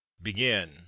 begin